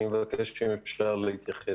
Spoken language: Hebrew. אני מבקש להתייחס.